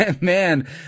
man